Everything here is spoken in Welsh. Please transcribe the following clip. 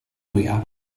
fwyaf